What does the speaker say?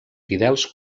fidels